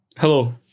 Hello